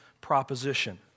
proposition